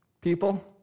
people